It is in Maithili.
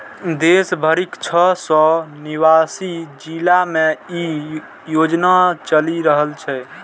देश भरिक छह सय नवासी जिला मे ई योजना चलि रहल छै